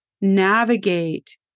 navigate